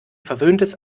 verwöhntes